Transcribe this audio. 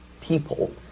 people